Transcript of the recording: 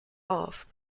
off